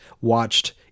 watched